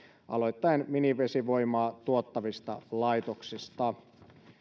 aloittaen minivesivoimaa tuottavista laitoksista